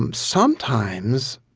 um sometimes,